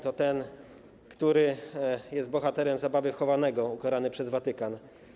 To ten, który jest bohaterem „Zabawy w chowanego”, ukarany przez Watykan.